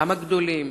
גם הגדולים,